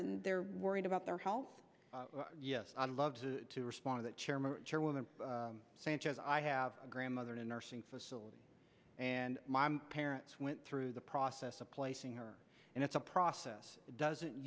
and they're worried about their health yes on loves to respond the chairman of the sanchez i have a grandmother in a nursing facility and my parents went through the process of placing her and it's a process doesn't